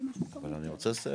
כדי שהממשלה תחלק